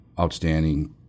outstanding